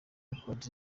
record